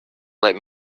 let